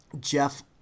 jeff